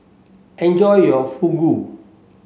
enjoy your Fugu